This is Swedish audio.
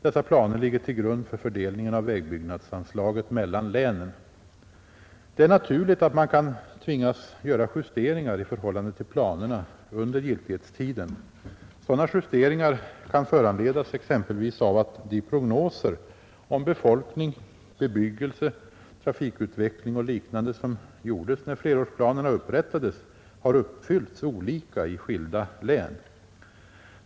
Dessa planer ligger till grund för fördelningen av vägbyggnadsanslaget mellan länen. Det är naturligt att man kan tvingas göra justeringar i förhållande till planerna under giltighetstiden. Sådana justeringar kan föranledas exempelvis av att de prognoser om befolkning, bebyggelse, trafikutveckling och liknande som gjordes när flerårsplanerna upprättades, har uppfyllts olika i skilda län.